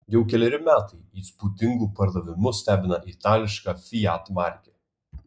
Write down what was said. jau keleri metai įspūdingu pardavimu stebina itališka fiat markė